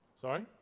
Sorry